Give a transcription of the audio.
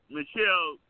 Michelle